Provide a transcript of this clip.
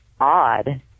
odd